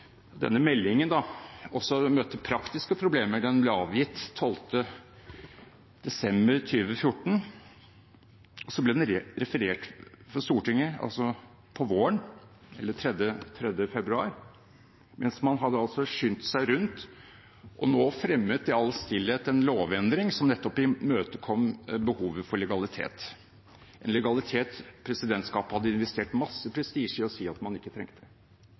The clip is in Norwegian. denne meldingen møtte praktiske problemer. Den ble avgitt 12. desember 2014. Så ble den referert for Stortinget 3. februar 2015, mens man hadde skyndet seg rundt og i all stillhet fremmet en lovendring som nettopp imøtekom behovet for legalitet, en legalitet presidentskapet hadde investert masse prestisje i å si at man ikke trengte. Hvis man ser på det